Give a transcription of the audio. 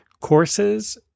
courses